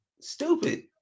Stupid